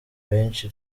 benshi